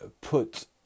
put